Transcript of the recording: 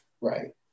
Right